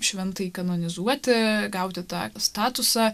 šventąjį kanonizuoti gauti tą statusą